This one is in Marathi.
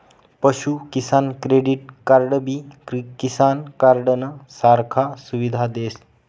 पशु किसान क्रेडिट कार्डबी किसान कार्डनं सारखा सुविधा देस